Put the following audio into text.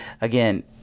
again